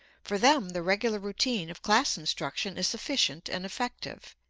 for them the regular routine of class instruction is sufficient and effective.